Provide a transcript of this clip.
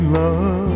love